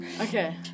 Okay